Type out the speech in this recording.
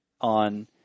on